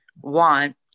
want